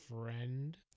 Friend